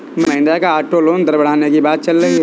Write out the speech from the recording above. महिंद्रा का auto loan दर बढ़ने की बात चल रही है